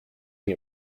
nie